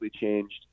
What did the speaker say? changed